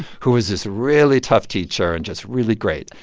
who was this really tough teacher and just really great.